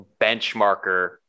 benchmarker